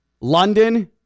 London